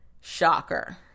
shocker